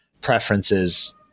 preferences